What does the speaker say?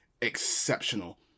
exceptional